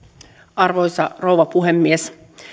arvoisa rouva puhemies